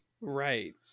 right